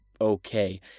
okay